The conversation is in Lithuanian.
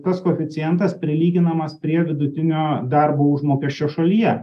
tas koeficientas prilyginamas prie vidutinio darbo užmokesčio šalyje